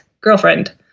girlfriend